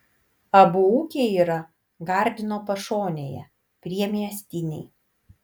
abu ūkiai yra gardino pašonėje priemiestiniai